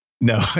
No